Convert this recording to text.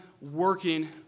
working